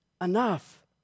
Enough